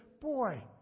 boy